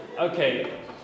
Okay